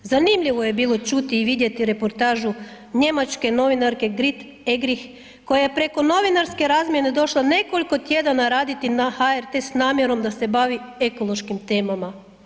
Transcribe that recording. Zanimljivo je bilo čuti i vidjeti reportažu njemačke novinarke Grit Eggerichs koja je preko novinarske razmjene došla nekoliko tjedana raditi na HRT s namjerom da se bavi ekološkim temama.